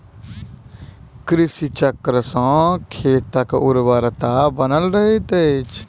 कृषि चक्र सॅ खेतक उर्वरता बनल रहैत अछि